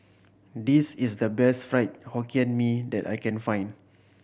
this is the best Fried Hokkien Mee that I can find